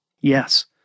Yes